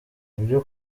ibyo